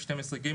סעיף 12ג,